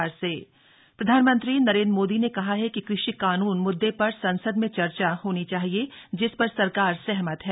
सर्वदलीय बैठक प्रधानमंत्री नरेंद्र मोदी ने कहा है कि कृषि कानून मुद्दे पर संसद में चर्चा होनी चाहिए जिस पर सरकार सहमत है